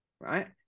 right